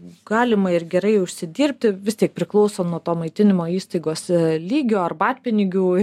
galima ir gerai užsidirbti vistik priklauso nuo to maitinimo įstaigos lygio arbatpinigių